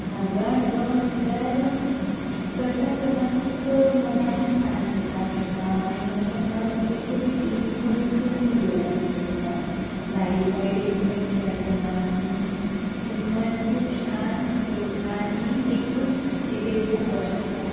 म्हजो अणभव म्हटल्यार करता आसतना खूब मनांक शांतता मेळटा आनीक अशें मन एकूत हितून गुंथून उरलेल्या भशेन जाता भायली कांय टेंशन अशी आसना आनीक अशें मन खूब शांतशें उरता आनी एकूच हाजेर फोकस उरता